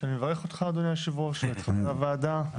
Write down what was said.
שאני מברך אותך, אדוני יושב ראש, ואת חברי הוועדה.